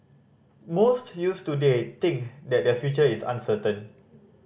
most youths today think that their future is uncertain